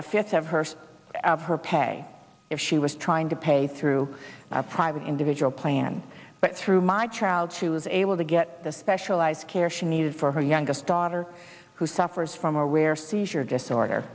a fifth of her of her pay if she was trying to pay through a private individual plan but through my child choose a will to get the specialized care she needed for her youngest daughter who suffers from a rare seizure disorder